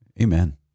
Amen